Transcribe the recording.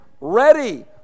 ready